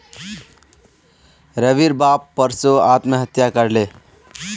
रविर बाप परसो आत्महत्या कर ले